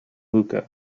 luca